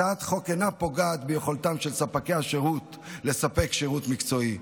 הצעת החוק אינה פוגעת ביכולתם של ספקי השירות לספק שירות מקצועי,